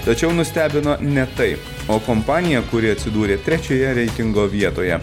tačiau nustebino ne tai o kompanija kuri atsidūrė trečioje reitingo vietoje